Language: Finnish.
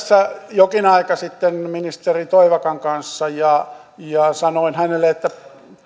jokin aika sitten ministeri toivakan kanssa ja sanoin hänelle että